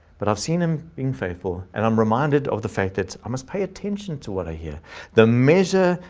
but i've seen him being faithful. and i'm reminded of the fact that i must pay attention to what i hear the measure,